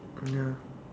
um ya